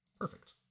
perfect